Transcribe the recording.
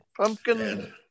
Pumpkin